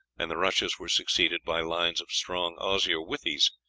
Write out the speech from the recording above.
and the rushes were succeeded by lines of strong osier withies,